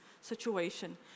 situation